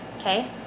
Okay